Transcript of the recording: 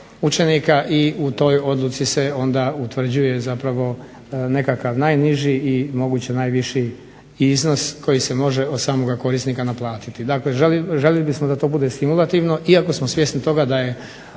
učenika i u toj odluci se onda utvrđuje zapravo nekakav najniži i moguće najviši iznos koji se može od samoga korisnika naplatiti. Dakle, željeli bismo da to bude stimulativno iako smo svjesni toga da je